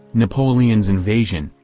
napoleon's invasion,